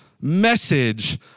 message